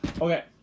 okay